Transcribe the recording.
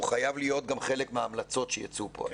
חייב להיות גם חלק מההמלצות שייצאו מפה היום.